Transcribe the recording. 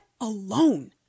alone